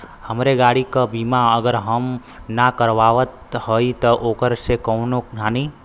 हमरे गाड़ी क बीमा अगर हम ना करावत हई त ओकर से कवनों हानि?